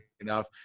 enough